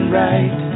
right